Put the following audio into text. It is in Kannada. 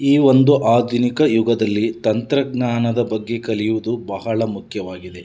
ಈ ಒಂದು ಆಧುನಿಕ ಯುಗದಲ್ಲಿ ತಂತ್ರಜ್ಞಾನದ ಬಗ್ಗೆ ಕಲಿಯುವುದು ಬಹಳ ಮುಖ್ಯವಾಗಿದೆ